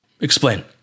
Explain